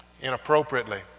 inappropriately